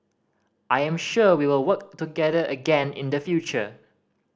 I am sure we will work together again in the future